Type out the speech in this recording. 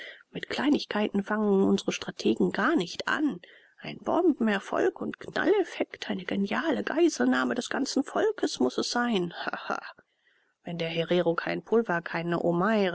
mit kleinigkeiten fangen unsre strategen gar nicht an ein bombenerfolg und knalleffekt eine geniale gefangennahme des ganzen volks muß es sein haha wenn der herero kein pulver keine